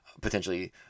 potentially